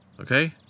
Okay